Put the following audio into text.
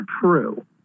true